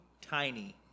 tiny